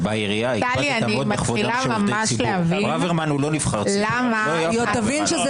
טלי, נראה לי שגור התעייף, אולי תתחלפי איתו?